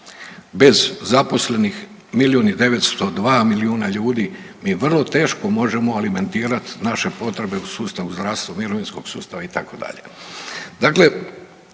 000 milijuna ljudi mi vrlo teško možemo alimentirati naše potrebe u sustavu zdravstva, mirovinskog sustava, itd.